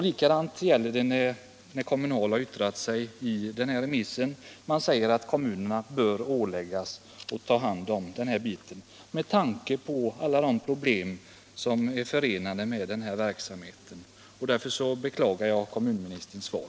Detsamma gäller Kommunalarbetareförbundet, som också har avgivit remissvar. Förbundet säger att kommunerna bör åläggas att ta hand om sotningen med tanke på alla de problem som är förenade med denna verksamhet. Därför beklagar jag kommunministerns svar.